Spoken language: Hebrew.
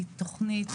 היא תוכנית,